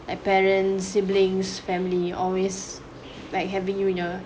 my parents siblings family always like having you in their